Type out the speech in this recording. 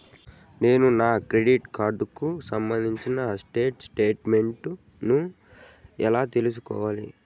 నేను నా క్రెడిట్ కార్డుకు సంబంధించిన స్టేట్ స్టేట్మెంట్ నేను ఎలా తీసుకోవాలి?